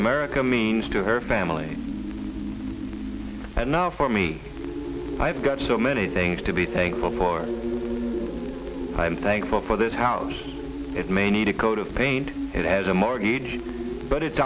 america means to her family the and now for me i've got so many things to be thankful for i'm thankful for this house it may need a coat of paint it has a mortgage but it's